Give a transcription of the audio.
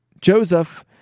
Joseph